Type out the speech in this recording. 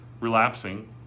relapsing